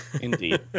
Indeed